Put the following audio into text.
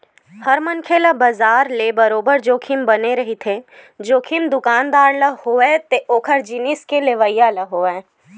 हर मनखे ल बजार ले बरोबर जोखिम बने रहिथे, जोखिम दुकानदार ल होवय ते ओखर जिनिस के लेवइया ल होवय